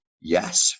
yes